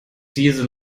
diese